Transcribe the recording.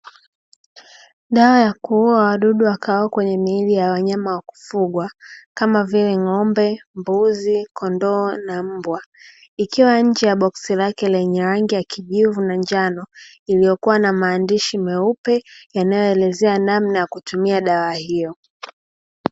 Dawa ya kuua wadudu wakao kwenye miili ya wanyama wakufugwa kama vile; ng'ombe, mbuzi, kondoo na mbwa; ikiwa nje ya boksi lake lenye rangi ya kijivu na njano iliyokuwa na maandishi meupe yanayoelezea namna ya kutumia dawa hiyo.